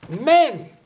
Men